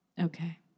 Okay